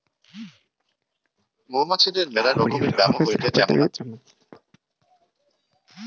মৌমাছিদের মেলা রকমের ব্যামো হয়েটে যেমন এ.এফ.বি